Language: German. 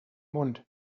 mund